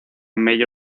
major